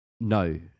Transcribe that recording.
No